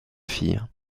filles